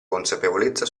consapevolezza